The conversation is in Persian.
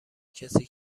کسی